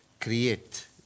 create